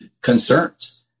concerns